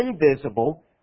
invisible